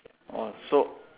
orh so